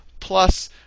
plus